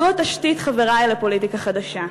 זו התשתית, חברי, לפוליטיקה חדשה.